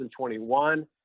2021